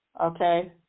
Okay